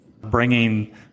bringing